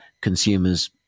consumers